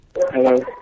Hello